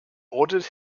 ordered